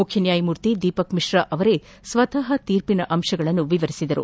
ಮುಖ್ಯ ನ್ಯಾಯಮೂರ್ತಿ ದೀಪಕ್ ಮಿಶ್ರಾ ಅವರೇ ಸ್ನತಃ ತೀರ್ಪಿನ ಅಂಶಗಳನ್ನು ವಿವರಿಸಿದರು